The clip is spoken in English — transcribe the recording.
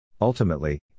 Ultimately